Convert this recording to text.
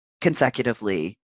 consecutively